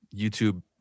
YouTube